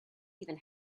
even